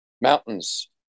Mountain's